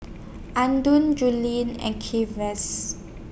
Andon Juli and Kenzie's